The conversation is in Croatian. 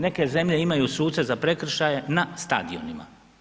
Neke zemlje imaju suce za prekršaje na stadionima.